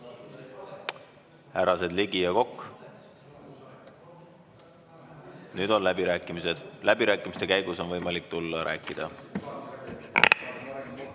Härrased Ligi ja Kokk, nüüd on läbirääkimised! Läbirääkimiste käigus on võimalik tulla ja rääkida.